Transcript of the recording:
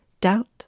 doubt